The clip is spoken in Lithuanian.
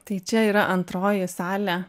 tai čia yra antroji salė